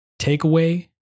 Takeaway